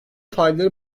failleri